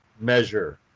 measure